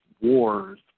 wars